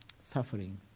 suffering